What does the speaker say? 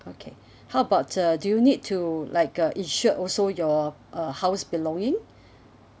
okay how about uh do you need to like uh insure also your uh house belonging